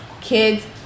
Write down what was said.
kids